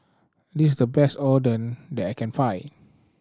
this is the best Oden that I can find